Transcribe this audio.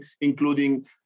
including